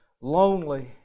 lonely